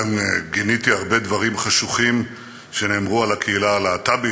גם גיניתי הרבה דברים חשוכים שנאמרו על הקהילה הלהט"בית,